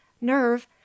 Nerve